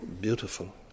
beautiful